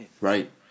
Right